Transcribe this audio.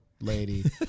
lady